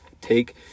Take